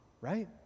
right